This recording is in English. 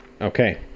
Okay